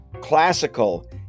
classical